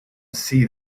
see